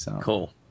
Cool